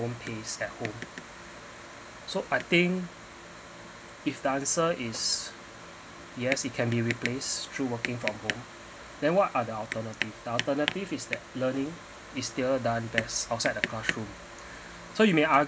own pace at home so I think if the answer is yes it can be replaced through working from home then what are the alternative the alternative is that learning is still done best outside of the classroom so you may argue